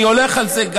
אני הולך על זה,